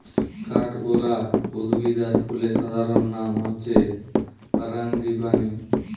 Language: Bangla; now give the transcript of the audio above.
কাঠগোলাপ উদ্ভিদ আর ফুলের সাধারণ নাম হচ্ছে ফারাঙ্গিপানি